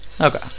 Okay